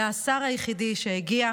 היה השר היחיד שהגיע.